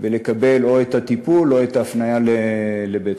ולקבל או את הטיפול או את ההפניה לבית-חולים.